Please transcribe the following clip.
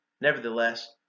Nevertheless